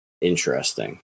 Interesting